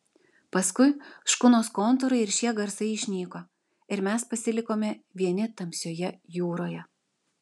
paskui škunos kontūrai ir šie garsai išnyko ir mes pasilikome vieni tamsioje jūroje